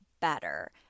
better